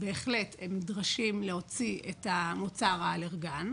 בהחלט הם נדרשים להוציא את המוצר האלרגן.